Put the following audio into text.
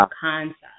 concept